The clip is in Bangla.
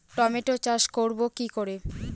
টমেটোর চাষ করব কি করে?